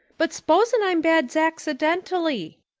but s'posen i'm bad zacksidentally?